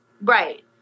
right